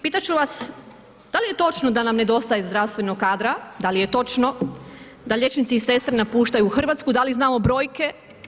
Pitat ću vas da li je točno da nam nedostaje zdravstvenog kadra, da li je točno da liječnici i sestre napuštaju Hrvatsku i da li znamo brojke?